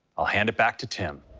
i'll hand it back to tim.